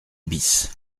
bis